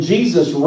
Jesus